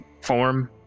form